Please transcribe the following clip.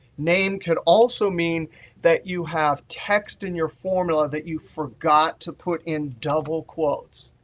name could also mean that you have text in your formula that you forgot to put in double quotes.